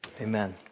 Amen